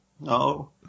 No